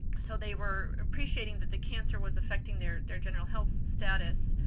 so they were appreciating that the cancer was affecting their their general health status,